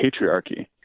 patriarchy